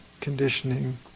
conditioning